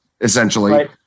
essentially